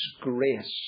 grace